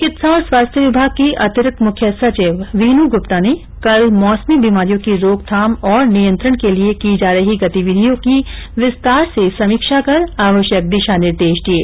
चिकित्सा और स्वास्थ्य विभाग की अतिरिक्त मुख्य सचिव वीनू गुप्ता ने कल मौसमी बीमारियों की रोकथाम और नियंत्रण के लिए की जा रही गतिविधियों की विस्तार से समीक्षा कर आवश्यक दिशा निर्देश दिये